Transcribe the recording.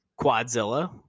quadzilla